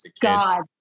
god